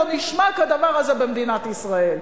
לא נשמע כדבר הזה במדינת ישראל,